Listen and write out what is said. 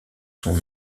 son